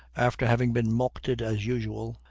after having been mulcted as usual,